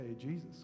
Jesus